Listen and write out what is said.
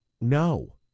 no